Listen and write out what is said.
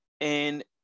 and-